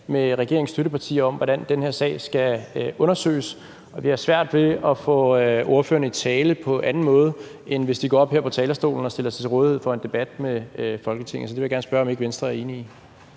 med regeringens støttepartier om, hvordan den her sag skal undersøges. Vi har svært ved at få ordførererne i tale på anden måde, end hvis de går op her på talerstolen og stiller sig til rådighed for en debat med Folketinget. Så det vil jeg gerne spørge om ikke Venstre er enig i.